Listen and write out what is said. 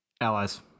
Allies